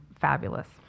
fabulous